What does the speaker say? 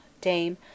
dame